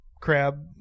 crab